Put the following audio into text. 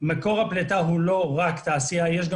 מקור הפליטה הוא לא רק תעשייה אלא יש גם